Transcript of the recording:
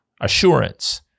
assurance